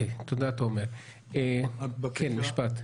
רק בקשה.